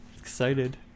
Excited